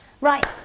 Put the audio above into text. Right